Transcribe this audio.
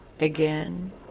again